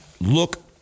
look